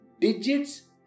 digits